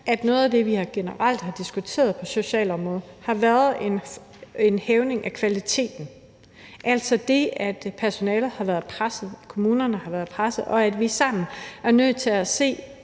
at noget af det, vi generelt har diskuteret på socialområdet, har været en højnelse af kvaliteten, og at personalet og kommunerne har været presset, og at vi sammen er nødt til at se